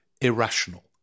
irrational